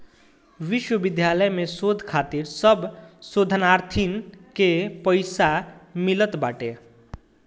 विश्वविद्यालय में शोध खातिर सब शोधार्थीन के पईसा मिलत बाटे